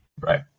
Right